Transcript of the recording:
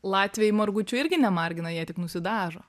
latviai margučių irgi nemargina jei tik nusidažo